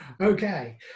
Okay